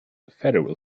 federal